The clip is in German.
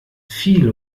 viele